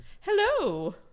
hello